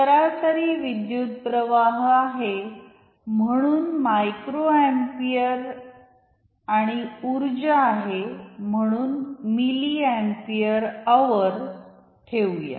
सरासरी विद्युत्प्रवाह आहे म्हणून मायक्रो अम्पिअर आणि ऊर्जा आहे म्हणून मिलिअम्पिअरअवरठेऊया